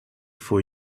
for